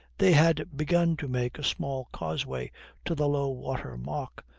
they had begun to make a small causeway to the low-water mark,